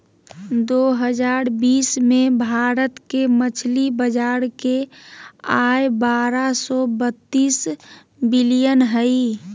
दो हजार बीस में भारत के मछली बाजार के आय बारह सो बतीस बिलियन हइ